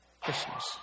Christmas